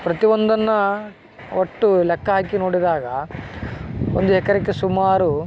ಪ್ರತಿ ಒಂದನ್ನು ಒಟ್ಟು ಲೆಖ್ಖ ಹಾಕಿ ನೋಡಿದಾಗ ಒಂದು ಎಕ್ರೆಗೆ ಸುಮಾರು